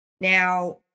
Now